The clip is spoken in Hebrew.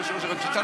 לא, תקשיב, לא,